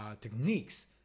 techniques